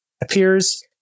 appears